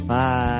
Bye